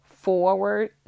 forward